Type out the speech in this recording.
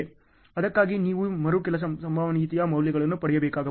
ಅದಕ್ಕಾಗಿ ನೀವು ಮರು ಕೆಲಸ ಸಂಭವನೀಯತೆ ಮೌಲ್ಯಗಳನ್ನು ಪಡೆಯಬೇಕಾಗಬಹುದು